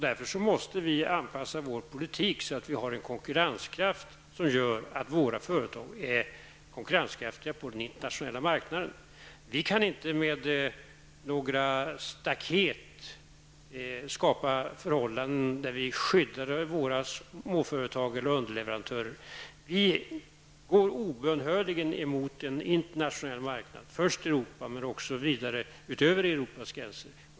Därför måste vi anpassa vår politik så att vi får en konkurrenskraft som gör att våra företag är konkurrenskraftiga på den internationella marknaden. Vi kan inte med några staket skapa förhållanden där vi skyddar våra småföretag och underleverantörer. Vi går obönhörligen mot en internationell marknad, först i Europa men också vidare utöver Europas gränser.